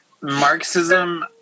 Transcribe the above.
Marxism